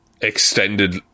extended